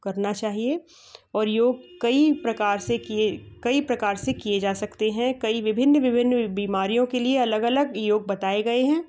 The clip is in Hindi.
करना चाहिए और योग कई प्रकार से किए कई प्रकार से किए जा सकते हैं कई विभिन्न विभिन्न बीमारियों के लिए अलग अलग योग बताए गए हैं